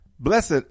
Blessed